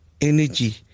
energy